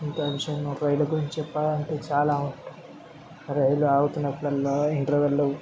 ఇంకా కొంచెం రైళ్ళు గురించి చెప్పాలంటే చాలా రైలు ఆగుతునప్పుడల్లా ఇంటెర్వల్లో